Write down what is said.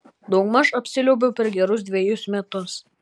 daugmaž apsiliuobiau per gerus dvejus metus